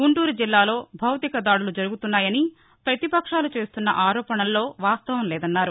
గుంటూరు జిల్లాలో భౌతికదాడులు జరుగుతున్నాయని పతిపక్షాలు చేస్తున్న ఆరోపణల్లో వాస్తవం లేదన్నారు